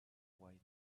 while